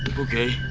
okay.